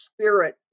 spirit